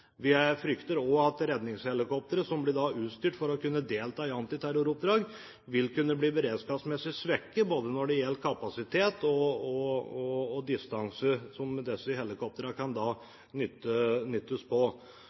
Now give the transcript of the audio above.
Vi frykter også at redningshelikoptre som blir utstyrt for å kunne delta i antiterroroppdrag, vil kunne bli beredskapsmessig svekket, både når det gjelder kapasitet, og når det gjelder distanse som disse helikoptrene kan nyttes på.